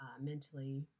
mentally